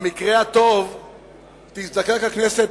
במקרה הטוב תזדקק הכנסת,